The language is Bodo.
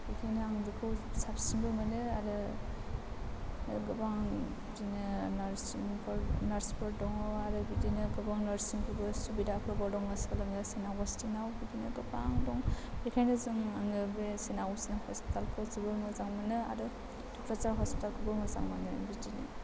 बेनिखायनो आं बेखौ साबसिनबो मोनो आरो गोबां बिदिनो नार्सफोर दङ आरो बिदिनो गोबां नार्सिंफोरबो सुबिदाफोरबो दङ सोलोङो सेन्ट आग'स्टिन आव बिदिनो गोबां दं बेनिखायनो जोङो आङो बे सेन्ट आग'स्टिन हस्पिटाल खौ जोबोद मोजां मोनो आरो थुक्राझार हस्पिटालखौबो मोजां मोनो बिदिनो